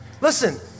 Listen